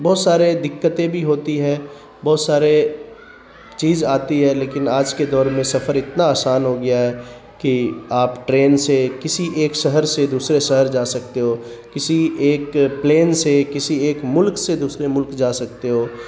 بہت سارے دقتیں بھی ہوتی ہیں بہت سارے چیز آتی ہے لیکن آج کے دور میں سفر اتنا آسان ہو گیا ہے کہ آپ ٹرین سے کسی ایک شہر سے دوسرے شہر جا سکتے ہو کسی ایک پلین سے کسی ایک ملک سے دوسرے ملک جا سکتے ہو